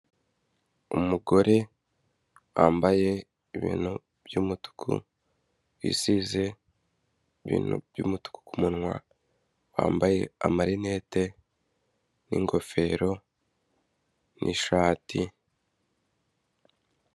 Umugore wambaye ibintu by'umutuku, wisize ibintu by'umutuku ku munwa, wambaye amarineti n'ingofero n'ishati.